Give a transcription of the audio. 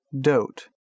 Dote